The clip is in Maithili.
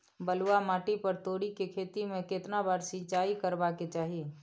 बलुआ माटी पर तोरी के खेती में केतना बार सिंचाई करबा के चाही?